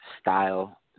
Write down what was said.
style